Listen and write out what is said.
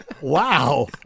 Wow